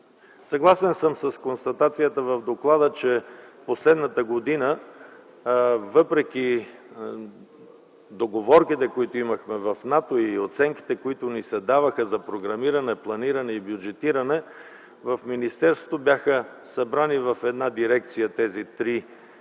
Съгласен съм с констатацията в доклада, че през последната година, въпреки договорките, които имахме в НАТО, и оценките, които ни се даваха за програмиране, планиране и бюджетиране, тези три дейности бяха събрани в министерството в една дирекция,